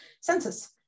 census